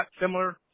similar